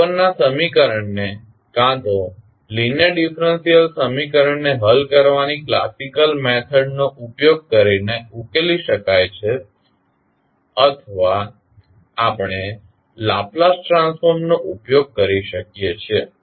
હવે ઉપરના સમીકરણને કા તો લીનીઅર ડીફરન્સીયલ સમીકરણને હલ કરવાની કલાસીકલ પદ્ધતિ નો ઉપયોગ કરીને ઉકેલી શકાય છે અથવા આપણે લાપ્લાસ ટ્રાન્સફોર્મનો ઉપયોગ કરી શકીએ છીએ